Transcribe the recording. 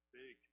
big